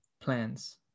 plans